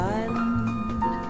island